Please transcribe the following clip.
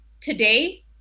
today